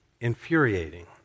infuriating